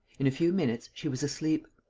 in a few minutes she was asleep.